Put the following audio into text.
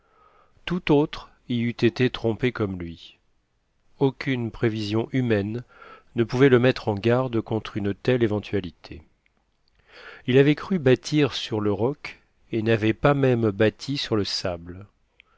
tout autre y eût été trompé comme lui aucune prévision humaine ne pouvait le mettre en garde contre une telle éventualité il avait cru bâtir sur le roc et n'avait pas même bâti sur le sable